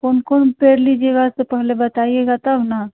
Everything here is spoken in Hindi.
कौन कौन पेड़ लीजिएगा तो पहले बताइएगा तब ना